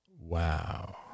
Wow